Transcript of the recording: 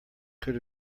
could